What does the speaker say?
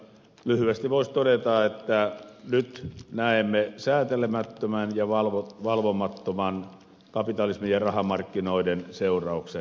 lyhyesti voisi todeta että nyt näemme säätelemättömän ja valvomattoman kapitalismin ja rahamarkkinoiden seuraukset